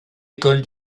école